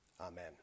Amen